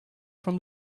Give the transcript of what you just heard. from